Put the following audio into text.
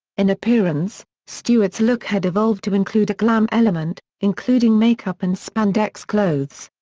in appearance, stewart's look had evolved to include a glam element, including make-up and spandex clothes.